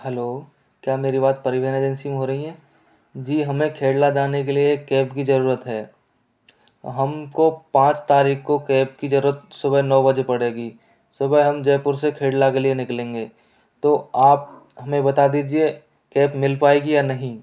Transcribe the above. hello क्या मेरी बात परिवहन एजेंसी में हो रहीं हैं जी हमें खेड़ला जाने के लिए कैब की ज़रूरत है हमको पाँच तारीख को कैब की ज़रूरत सुबह नौ बजे पड़ेगी सुबह हम जयपुर से खेड़ला के लिए निकलेंगे तो आप हमें बता दीजिए कैब मिल पाएगी या नहीं